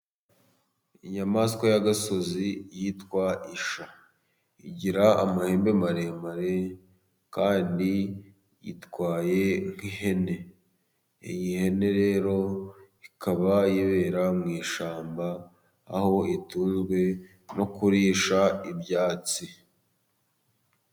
Inyamaswa y'agasozi yitwa Isha, igira amahembe maremare kandi yitwaye nk'ihene, iyi hene rero ikaba yibera mu ishyamba aho itunzwe nokurisha ibyatsi.